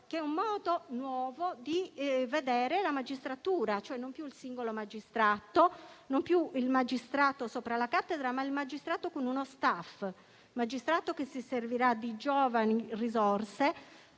che è un modo nuovo di vedere la magistratura, cioè non più il singolo magistrato, non più il magistrato sopra la cattedra, ma il magistrato che finalmente avrà uno *staff* e si servirà di giovani risorse